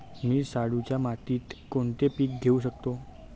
मी शाडूच्या मातीत कोणते पीक घेवू शकतो?